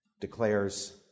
declares